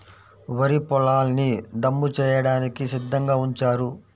వరి పొలాల్ని దమ్ము చేయడానికి సిద్ధంగా ఉంచారు